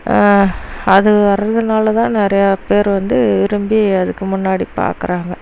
அது வரதுனால் தான் நிறையா பேர் வந்து விரும்பி அதுக்கு முன்னாடி பார்க்குறாங்க